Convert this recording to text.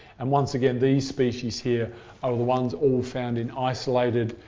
and once again, these species here are the ones all found in isolated,